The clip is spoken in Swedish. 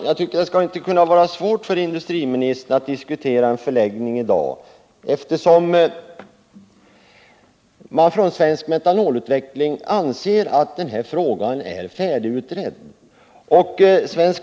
Herr talman! Det borde inte vara svårt för industriministern att diskutera en förläggning i dag, eftersom man hos Svensk Metanolutveckling AB anser att den här frågan är färdigutredd.